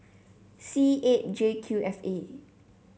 C eight J Q F A